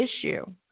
issue